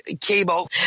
cable